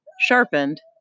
sharpened